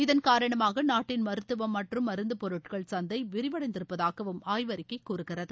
இதன் காரணமாக நாட்டின் மருத்துவம் மற்றும் மருந்து பொருட்கள் சந்தை விரிவடைந்திருப்பதாகவும் ஆய்வறிக்கை கூறுகிறது